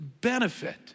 benefit